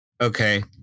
Okay